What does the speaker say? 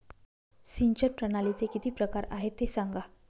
सिंचन प्रणालीचे किती प्रकार आहे ते सांगा